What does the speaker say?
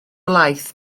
laeth